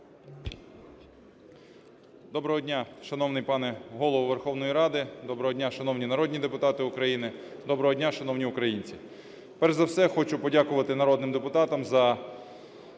Доброго дня, шановний пане Голово Верховної Ради! Доброго дня, шановні народні депутати України! Доброго дня, шановні українці! Перш за все, хочу подякувати народним депутатам за